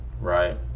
Right